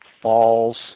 falls